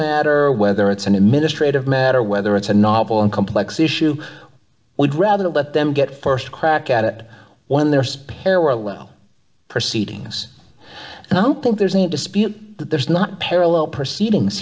matter whether it's an administrative matter whether it's a novel a complex issue would rather let them get st crack at it when they're spare were low proceedings and i don't think there's any dispute that there's not parallel proceedings